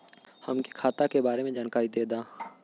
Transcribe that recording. हमके खाता के बारे में जानकारी देदा?